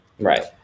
Right